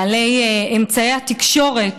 בעלי אמצעי התקשורת,